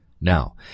Now